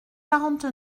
quarante